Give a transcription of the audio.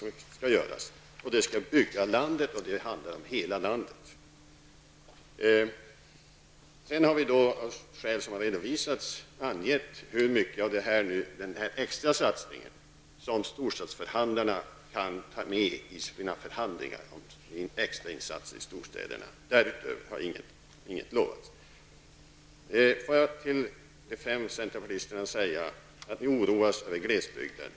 Vi skall bygga landet, och det handlar om hela landet. Av skäl som har redovisats har vi angett hur mycket av den extra satsningen som storstadsförhandlarna kan ta med vid förhandlingarna om extra insatser i storstäderna. Därutöver har det inte utlovats någonting. Jag kan förstå att ni fem centerpartister oroar er för glesbygden.